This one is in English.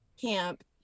camp